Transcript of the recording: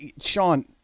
Sean